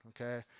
okay